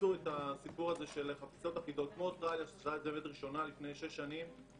הסיפור הזה שכל אחד מספר לנו מה מזיק ומה לא מזיק?